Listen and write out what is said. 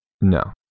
No